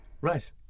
Right